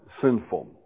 sinful